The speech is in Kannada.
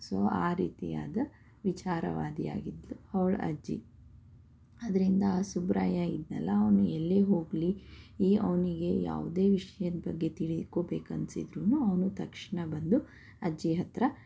ಸೋ ಆ ರೀತಿಯಾದ ವಿಚಾರವಾದಿ ಆಗಿದ್ಲು ಅವಳು ಅಜ್ಜಿ ಅದರಿಂದ ಆ ಸುಬ್ರಾಯ ಇದ್ದನಲ್ಲ ಅವನು ಎಲ್ಲಿಗೇ ಹೋಗಲಿ ಈ ಅವನಿಗೆ ಯಾವುದೇ ವಿಷಯದ ಬಗ್ಗೆ ತಿಳಿಕೋಬೇಕು ಅನಿಸಿದ್ರೂನು ಅವನು ತಕ್ಷಣ ಬಂದು ಅಜ್ಜಿ ಹತ್ತಿರ